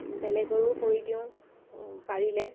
বেলেগৰো কৰি দিওঁ পাৰিলে